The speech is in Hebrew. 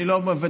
אני לא מדבר,